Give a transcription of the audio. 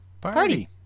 party